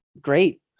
Great